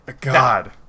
God